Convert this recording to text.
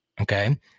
Okay